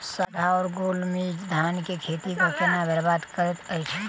साढ़ा या गौल मीज धान केँ खेती कऽ केना बरबाद करैत अछि?